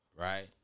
Right